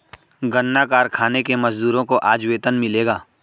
गन्ना कारखाने के मजदूरों को आज वेतन मिलेगा